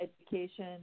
education